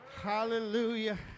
Hallelujah